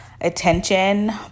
attention